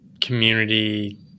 community